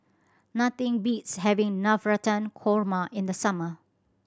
nothing beats having Navratan Korma in the summer